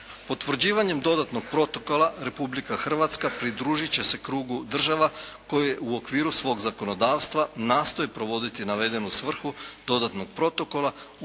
Potvrđivanjem dodatnog protokola Republika Hrvatska pridružit će se krugu država koje u okviru svog zakonodavstva nastoje provoditi navedenu svrhu dodatnog protokola u cilju